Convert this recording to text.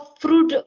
fruit